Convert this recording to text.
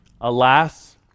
Alas